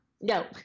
No